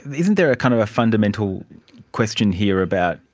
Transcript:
isn't there a kind of fundamental question here about,